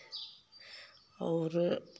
और